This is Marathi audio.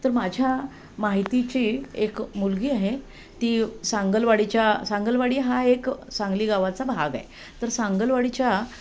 तर माझ्या माहितीची एक मुलगी आहे ती सांगलवाडीच्या सांगलवाडी हा एक सांगली गावाचा भाग आहे तर सांगलवाडीच्या